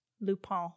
lupin